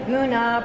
Guna